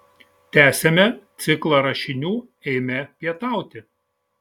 tęsiame ciklą rašinių eime pietauti